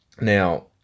Now